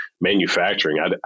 manufacturing